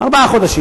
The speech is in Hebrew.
ארבעה חודשים.